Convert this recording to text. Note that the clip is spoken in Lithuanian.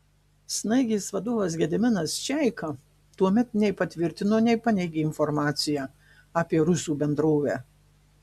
snaigės vadovas gediminas čeika tuomet nei patvirtino nei paneigė informaciją apie rusų bendrovę